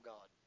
God